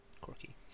Corky